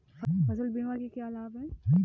फसल बीमा के क्या लाभ हैं?